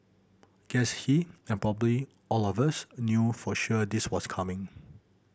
guess he and probably all of us knew for sure this was coming